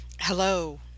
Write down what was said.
Hello